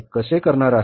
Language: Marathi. ते कसे करणार आहेत